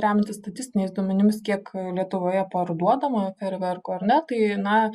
remiantis statistiniais duomenis kiek lietuvoje parduodama ferverkų ar ne tai na